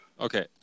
Okay